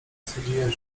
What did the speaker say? stwierdziłem